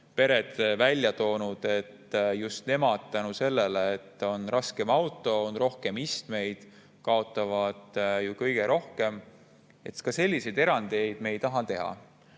pered välja toonud, et just nemad selle tõttu, et on raskem auto, on rohkem istmeid, kaotavad kõige rohkem –, siis ka selliseid erandeid me ei taha teha.